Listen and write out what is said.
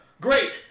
Great